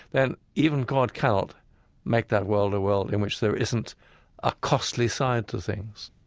then even god cannot make that world a world in which there isn't a costly side to things